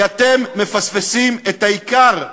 כי אתם מפספסים את העיקר,